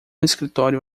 escritório